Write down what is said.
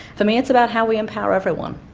for me it's about how we empower everyone,